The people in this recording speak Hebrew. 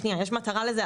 יש מטרה לזה,